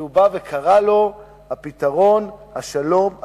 שהוא קרא לו "פתרון השלום הכלכלי".